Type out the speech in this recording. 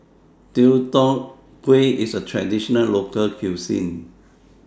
Deodeok Gui IS A Traditional Local Cuisine